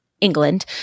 England